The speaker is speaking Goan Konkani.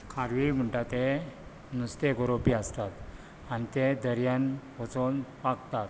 खारवी म्हूणटा ते नुस्तें गरोवपी आसतात आनी ते दर्यान वचून पागतात